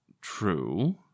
True